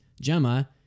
Gemma